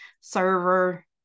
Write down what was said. server